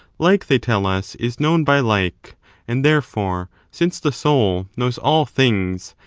like, they tell us, is known by like and therefore, since the soul knows all things,